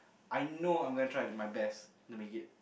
I know I'm gonna try my best to make it